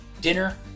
Dinner